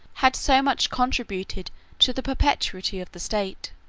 had so much contributed to the perpetuity of the state,